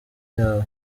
yawe